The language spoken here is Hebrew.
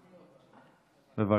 בבקשה.